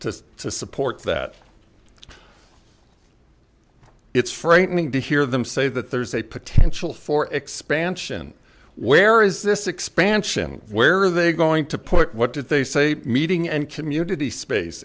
to support that it's frightening to hear them say that there's a potential for expansion where is this expansion where are they going to put what did they say meeting and community space